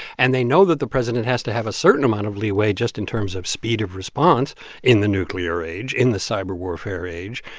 and they know that the president has to have a certain amount of leeway just in terms of speed of response in the nuclear age, in the cyberwarfare age,